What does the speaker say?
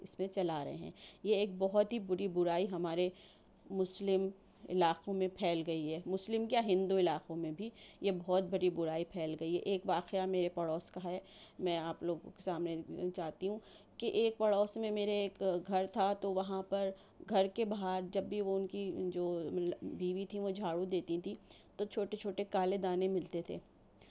اس میں چلا رہے ہیں یہ ایک بہت ہی بری برائی ہمارے مسلم علاقوں میں پھیل گئی ہے مسلم کیا ہندو علاقوں میں بھی یہ بہت بڑی برائی پھیل گئی ہے ایک واقعہ میرے پڑوس کا ہے میں آپ لوگوں کے سامنے چاہتی ہوں کہ ایک پڑوس میں میرے ایک گھر تھا تو وہاں پر گھر کے باہر جب بھی وہ ان کی جو بیوی تھیں وہ جھاڑوں دیتی تھیں تو چھوٹے چھوٹے کالے دانے ملتے تھے